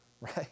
right